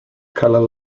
colour